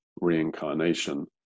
reincarnation